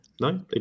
no